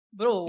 bro